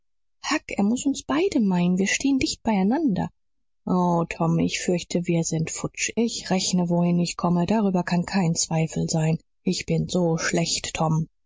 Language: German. er muß uns beide meinen wir stehen dicht beieinander o tom ich fürchte wir sind futsch ich rechne wohin ich komme darüber kann kein zweifel sein ich bin so schlecht tom